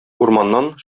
урманнан